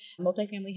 multifamily